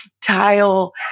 tile